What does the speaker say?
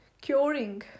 curing